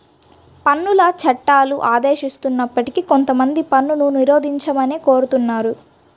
పన్నుల చట్టాలు ఆదేశిస్తున్నప్పటికీ కొంతమంది పన్నును నిరోధించమనే కోరుతున్నారు